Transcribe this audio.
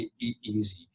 easy